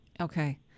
Okay